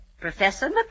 Professor